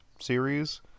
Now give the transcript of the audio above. series